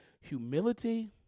Humility